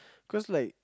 cause like